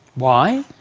why?